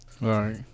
Right